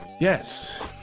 Yes